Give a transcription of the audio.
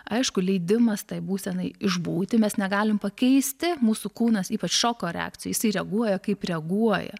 aišku leidimas tai būsenai išbūti mes negalim pakeisti mūsų kūnas ypač šoko reakcijoj jisai reaguoja kaip reaguoja